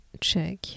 check